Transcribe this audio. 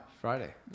Friday